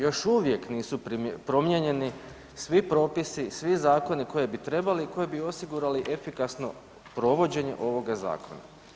Još uvijek nisu promijenjeni svi propisi, svi zakoni koje bi trebali i koji bi osigurali efikasno provođenje ovoga zakona.